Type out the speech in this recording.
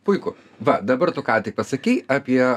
puiku va dabar tu ką tik pasakei apie